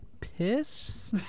piss